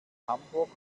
hamburg